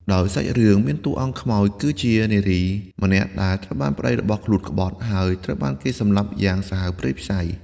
ដោយសាច់រឿង មានតួអង្គខ្មោចគឺជានារីម្នាក់ដែលត្រូវបានប្ដីរបស់ខ្លួនក្បត់ ហើយត្រូវគេសម្លាប់យ៉ាងសាហាវព្រៃផ្សៃ។